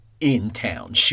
in-town